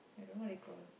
I don't know what they call